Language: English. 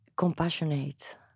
compassionate